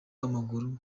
w’amaguru